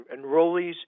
Enrollees